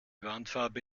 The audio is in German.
wandfarbe